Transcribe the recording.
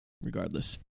Regardless